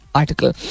article